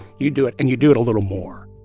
you do it, and you do it a little more